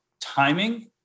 timing